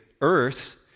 earth